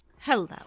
Hello